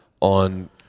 on